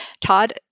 Todd